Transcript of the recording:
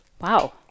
wow